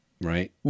right